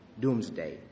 doomsday